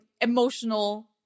emotional